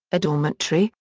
a dormitory,